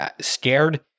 scared